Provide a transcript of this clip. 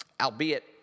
albeit